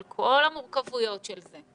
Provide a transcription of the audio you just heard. על כל המורכבויות של זה,